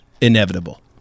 inevitable